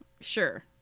Sure